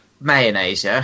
mayonnaise